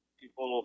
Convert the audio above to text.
people